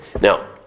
Now